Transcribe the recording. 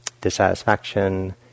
dissatisfaction